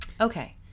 Okay